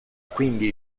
quindi